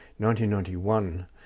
1991